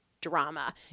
drama